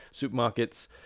supermarkets